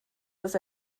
dass